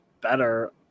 better